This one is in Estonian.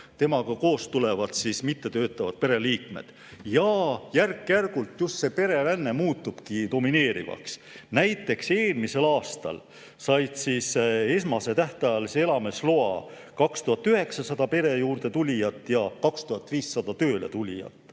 Temaga koos tulevad mittetöötavad pereliikmed. Järk-järgult just see pereränne muutubki domineerivaks. Näiteks eelmisel aastal sai esmase tähtajalise elamisloa 2900 pere juurde tulijat ja 2500 tööle tulijat.